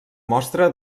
mostra